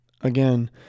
Again